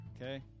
okay